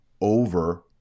over